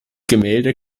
gemälde